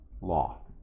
law